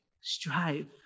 Strive